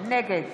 נגד